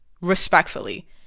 respectfully